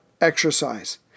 exercise